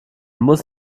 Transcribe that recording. muss